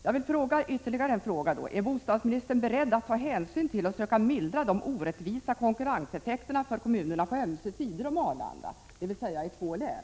Jag vill ställa ytterligare en fråga: Är bostadsministern beredd att ta hänsyn till och söka mildra de orättvisa konkurrenseffekterna för kommunerna på ömse sidor om Arlanda, dvs. i två län?